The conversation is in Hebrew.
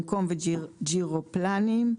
במקום "וג'רופלנים"